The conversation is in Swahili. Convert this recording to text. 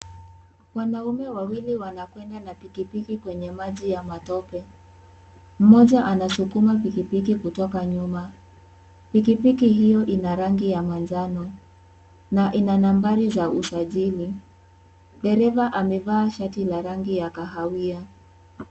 Wanaume wawili wanakwenda na pikipiki kwenye maji ya matope mmoja anasukuma pikipiki kutoka nyuma, pikipiki hiyo ina rangi ya manjano na ina nambari za usajili dereva amevaa shati la rangi ya kahawia.